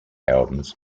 albums